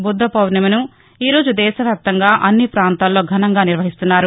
బుద్ద పూర్ణిమను ఈరోజు దేశ వ్యాప్తంగా అన్ని ప్రాంతాల్లో ఘనంగా నిర్వహిస్తున్నారు